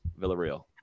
Villarreal